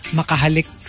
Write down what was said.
makahalik